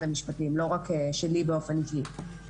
המשפטים ולא רק בסדר היום שלי באופן אישי,